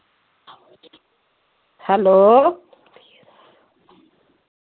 hello